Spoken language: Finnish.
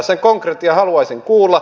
sen konkretian haluaisin kuulla